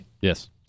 Yes